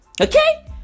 Okay